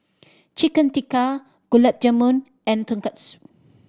Chicken Tikka Gulab Jamun and Tonkatsu